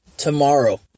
Tomorrow